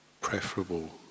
preferable